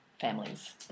families